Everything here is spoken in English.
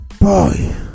boy